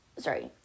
sorry